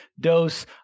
dose